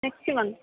next month